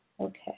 Okay